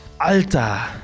Alter